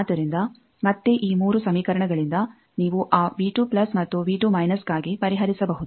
ಆದ್ದರಿಂದ ಮತ್ತೆ ಈ 3 ಸಮೀಕರಣಗಳಿಂದ ನೀವು ಆ ಮತ್ತು ಗಾಗಿ ಪರಿಹರಿಸಬಹುದು